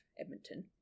Edmonton